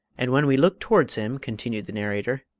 and when we looked towards him, continued the narrator,